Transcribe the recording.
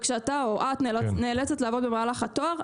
וכשאתה או את נאלצת ו את נאלצת לעבוד במהלך התואר,